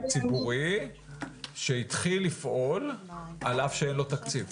ציבורי, שהתחיל לפעול על אף שאין לו תקציב.